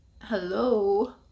hello